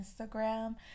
Instagram